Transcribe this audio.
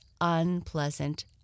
unpleasant